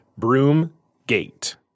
Broomgate